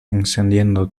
encendiendo